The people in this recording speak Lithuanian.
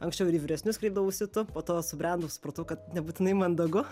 anksčiau ir į vyresnius kreipdavausi tu po to subrendau supratau kad nebūtinai mandagu